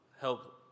help